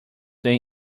them